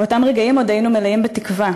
באותם רגעים עוד היינו מלאים בתקווה.